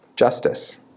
justice